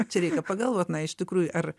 čia reikia pagalvot na iš tikrųjų ar